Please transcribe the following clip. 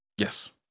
Yes